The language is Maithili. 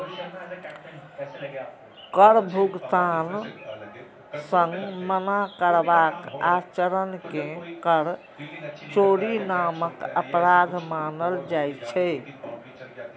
कर भुगतान सं मना करबाक आचरण कें कर चोरी नामक अपराध मानल जाइ छै